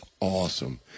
awesome